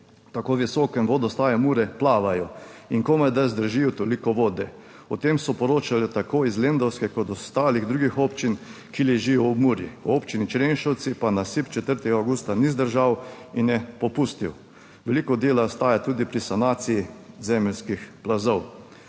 tako visokem vodostaju Mure plavajo in komajda zdržijo toliko vode. O tem so poročali tako iz lendavske kot ostalih drugih občin, ki ležijo ob Muri. V Občini Črenšovci pa nasip 4. avgusta ni zdržal in je popustil. Veliko dela ostaja tudi pri sanaciji zemeljskih plazov.